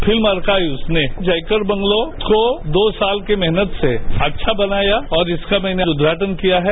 film archives ने Jayakar bungalow को दो साल की मेहनत से अच्छा बनाया और इसका मैने उद्घाटन किया है